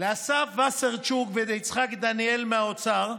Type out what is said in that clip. לאסף וסרצוג וליצחק דניאל מהאוצר,